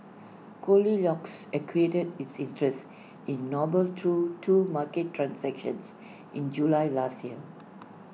goldilocks acquired its interest in noble through two market transactions in July last year